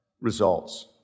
results